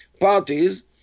parties